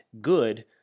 good